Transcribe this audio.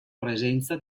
presenza